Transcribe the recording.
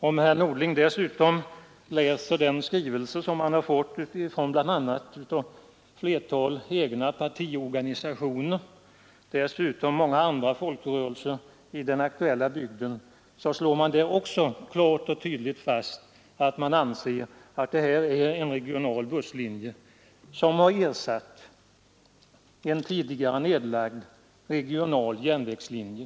Om herr Norling dessutom läser den skrivelse som han har fått från ett flertal egna partiorganisationer och många andra folkrörelser i den aktuella bygden, så finner han att man där också klart och tydligt slår fast att man anser att detta är en regional busslinje, som har ersatt en tidigare nedlagd regional järnvägslinje.